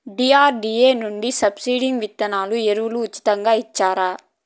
DRDA నుండి subsidy విత్తనాలు ఎరువులు ఉచితంగా ఇచ్చారా?